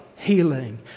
Healing